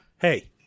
Hey